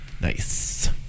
Nice